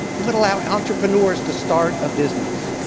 it would allow entrepreneurs to start a business,